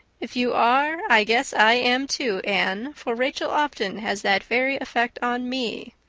if you are i guess i am too, anne, for rachel often has that very effect on me.